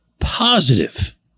positive